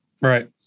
Right